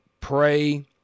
pray